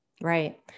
Right